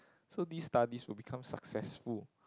so these studies will become successful